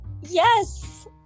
Yes